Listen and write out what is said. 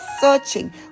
searching